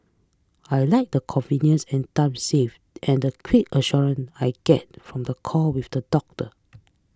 I like the convenience and time save and the quick assurance I get from the call with the doctor